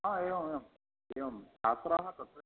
आ एवम् एवम् एवं छात्राः तत्र